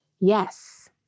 Yes